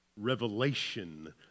revelation